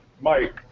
Mike